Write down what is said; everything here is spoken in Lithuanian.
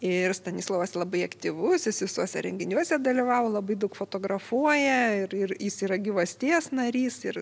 ir stanislovas labai aktyvus jis visuose renginiuose dalyvavo labai daug fotografuoja ir ir jis yra gyvasties narys ir